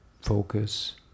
focus